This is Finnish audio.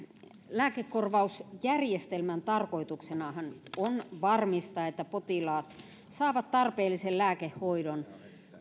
lääkekorvausjärjestelmän tarkoituksenahan on varmistaa että potilaat saavat tarpeellisen lääkehoidon